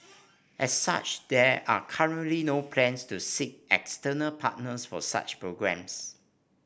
as such there are currently no plans to seek external partners for such programmes